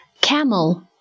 Camel